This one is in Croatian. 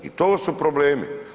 I to su problemi.